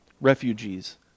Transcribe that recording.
refugees